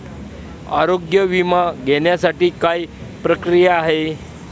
आरोग्य विमा घेण्यासाठी काय प्रक्रिया आहे?